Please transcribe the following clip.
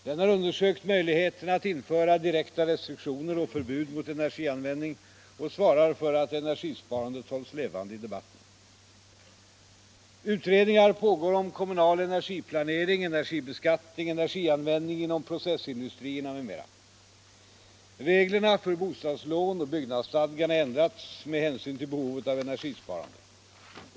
Den har undersökt möjligheterna att införa direkta restriktioner och förbud mot energianvändning och svarar för att energisparandet hålls levande i debatten. Utredningar pågår om kommunal energiplanering, energibeskattningen, energianvändningen inom processindustrierna m.m. Reglerna för bostadslån och byggnadsstadgan har ändrats med hänsyn till behovet av energisparande.